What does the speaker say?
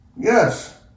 Yes